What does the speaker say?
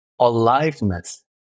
aliveness